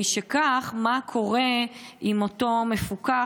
משכך, מה קורה עם אותו מפוקח?